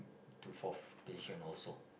to fourth position also